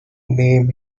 name